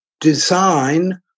design